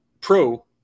Pro